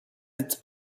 its